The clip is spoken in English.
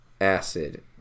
acid